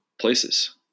places